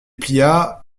plia